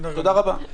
תודה רבה.